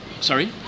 Sorry